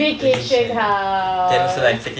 vacation house